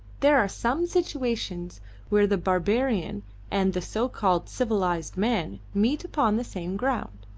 there are some situations where the barbarian and the, so-called, civilised man meet upon the same ground.